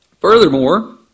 Furthermore